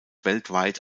weltweit